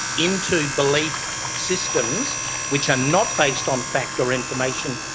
into belief systems which are not based on fact or information,